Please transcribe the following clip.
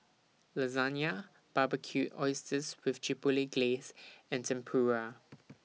Lasagna Barbecued Oysters with Chipotle Glaze and Tempura